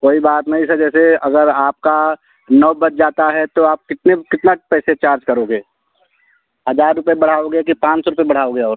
कोई बात नहीं सर जैसे अगर आपका नौ बज जाता है तो आप कितने कितना पैसे चार्ज करोगे हज़ार रुपये बढ़ाओगे कि पाँच सौ रुपये बढ़ाओगे और